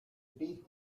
beat